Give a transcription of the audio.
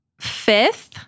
Fifth